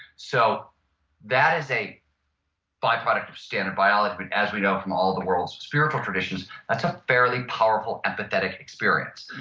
so that is a byproduct of standard biology as we know from all the world's spiritual traditions. that's a fairly powerful empathetic experience.